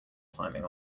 climbing